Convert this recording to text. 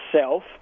self